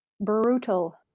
Brutal